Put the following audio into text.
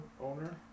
owner